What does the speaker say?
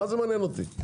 מה זה מעניין אותי?